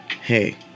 hey